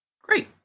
Great